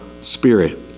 Spirit